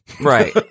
right